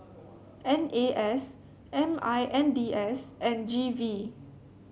N A S M I N D S and G V